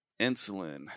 insulin